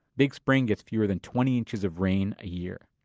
big spring gets fewer than twenty inches of rain a year.